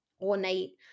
ornate